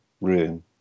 room